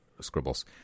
scribbles